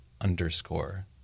underscore